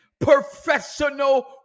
professional